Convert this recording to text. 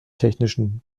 technischen